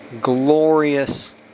glorious